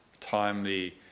timely